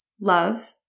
love